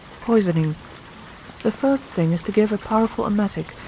poisoning the first thing is to give a powerful emetic,